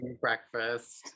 breakfast